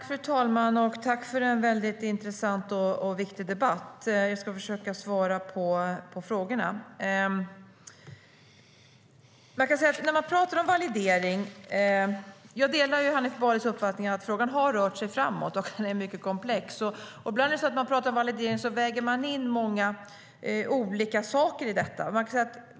Fru talman! Tack för en intressant och viktig debatt! Jag ska försöka svara på frågorna. Jag delar Hanif Balis uppfattning att frågan om validering har rört sig framåt - och att den är mycket komplex. När man talar om validering väger man ibland in många olika saker i detta.